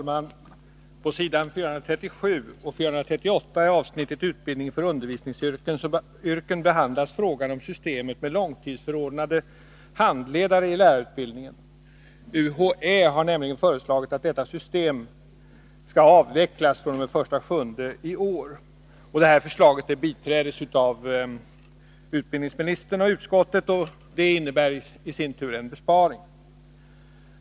Herr talman! På s. 437 och 438 under avsnittet Utbildning för undervisningsyrken behandlas frågan om systemet med långtidsförordnade handledare i lärarutbildningen. UHÄ har nämligen föreslagit att detta system skall avvecklas fr.o.m. den 1 juli i år. Förslaget biträddes av utbildningsministern och utskottet, och det innebär i sin tur en besparing.